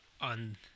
on